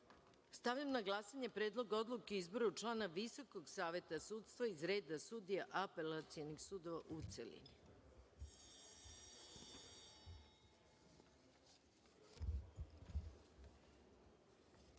reda. Stavljam na glasanje Predlog odluke o izboru člana Visokog saveta sudstva iz reda sudija apelacionih sudova, u